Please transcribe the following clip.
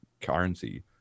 currency